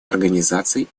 организации